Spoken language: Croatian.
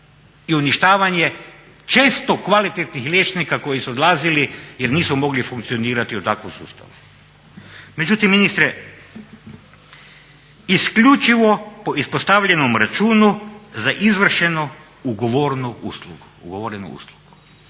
i uništavanje često kvalitetnih liječnika koji su odlazili jer nisu mogli funkcionirati u takvom sustavu. Međutim, ministre isključivo po ispostavljenom računu za izvršeno ugovorenu uslugu.